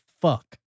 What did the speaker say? fuck